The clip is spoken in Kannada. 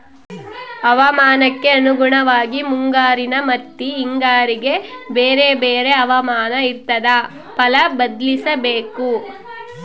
ಹವಾಮಾನಕ್ಕೆ ಅನುಗುಣವಾಗಿ ಮುಂಗಾರಿನ ಮತ್ತಿ ಹಿಂಗಾರಿಗೆ ಬೇರೆ ಬೇರೆ ಹವಾಮಾನ ಇರ್ತಾದ ಫಲ ಬದ್ಲಿಸಬೇಕು